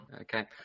okay